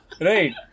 Right